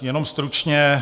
Jenom stručně.